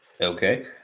Okay